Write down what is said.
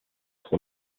were